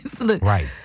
Right